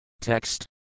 Text